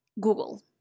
Google